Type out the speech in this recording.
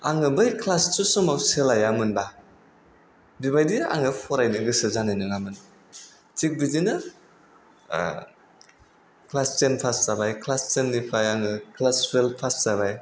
आङो बै क्लास थु समाव सोलाया मोनबा बेबायदि आङो फरायनो गोसो जानाय नङामोन थिग बिदिनो क्लास थेन फास जाबाय क्लास थेननिफ्राय आङो क्लास थुइल्भ फास जाबाय